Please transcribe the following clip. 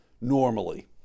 normally